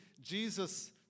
Jesus